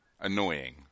Annoying